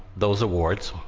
those awards,